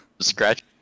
scratch